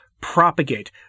propagate